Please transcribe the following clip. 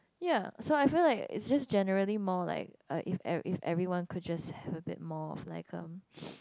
ya so I feel like it's just generally more like uh if e~ if everyone could just have a bit more of like um